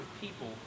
people